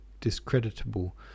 discreditable